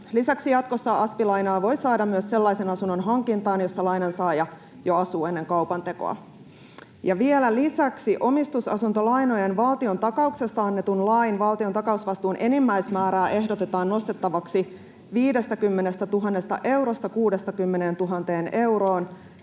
Lisäksi jatkossa asp-lainaa voi saada myös sellaisen asunnon hankintaan, jossa lainansaaja jo asuu ennen kaupantekoa. Ja vielä lisäksi: omistusasuntolainojen valtiontakauksesta annetun lain valtiontakausvastuun enimmäismäärää ehdotetaan nostettavaksi 50 000 eurosta 60 000 euroon.